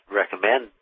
recommend